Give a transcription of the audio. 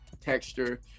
texture